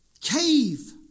cave